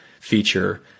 feature